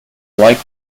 like